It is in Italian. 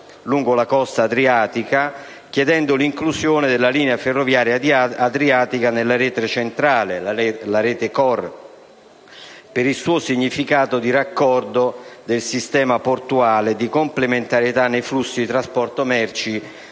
l'inclusione della linea ferroviaria adriatica nella rete centrale (la rete *core*), per il suo significato di raccordo del sistema portuale e di complementarità nei flussi di trasporto merci